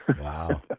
Wow